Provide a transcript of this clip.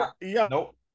Nope